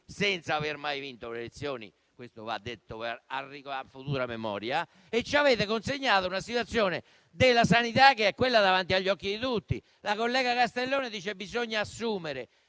senza aver mai vinto le elezioni - questo va detto, a futura memoria - e ci avete consegnato una situazione della sanità che è davanti agli occhi di tutti? La collega Castellone dice che bisogna assumere: